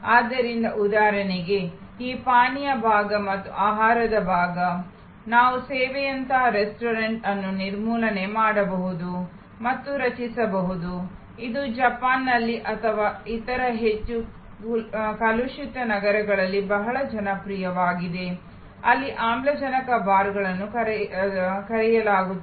ಆದ್ದರಿಂದ ಉದಾಹರಣೆಗೆ ಈ ಪಾನೀಯ ಭಾಗ ಮತ್ತು ಆಹಾರದ ಭಾಗ ನಾವು ಸೇವೆಯಂತಹ ರೆಸ್ಟೋರೆಂಟ್ ಅನ್ನು ನಿರ್ಮೂಲನೆ ಮಾಡಬಹುದು ಮತ್ತು ರಚಿಸಬಹುದು ಇದು ಜಪಾನ್ನಲ್ಲಿ ಅಥವಾ ಇತರ ಹೆಚ್ಚು ಕಲುಷಿತ ನಗರಗಳಲ್ಲಿ ಬಹಳ ಜನಪ್ರಿಯವಾಗಿದೆ ಅಲ್ಲಿ ಆಮ್ಲಜನಕ ಬಾರ್ಗಳನ್ನು ಕರೆಯಲಾಗುತ್ತದೆ